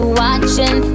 watching